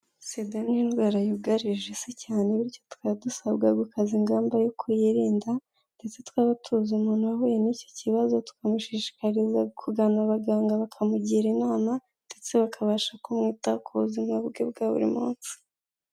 SIDA ni indwara yugarije isi cyane, bityo tukaba dusabwa gukaza ingamba yo kuyirinda, ndetse twaba tuzi umuntu wahuye n'icyo kibazo, tukamushishikariza kugana abaganga bakamugira inama ndetse bakabasha kumwitaho ku buzima bwe bwa buri munsi.